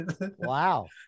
Wow